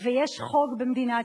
ויש חוק במדינת ישראל,